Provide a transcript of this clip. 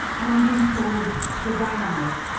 and i'm being told the dynamic.